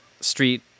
Street